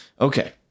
Okay